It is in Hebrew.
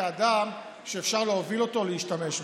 כאדם שאפשר להוביל אותו או להשתמש בו.